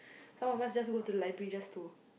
some of us just go to the library just to